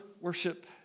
worship